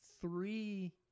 three